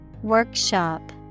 Workshop